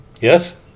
Yes